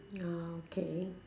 ya okay